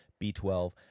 B12